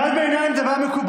קריאת ביניים זה דבר מקובל,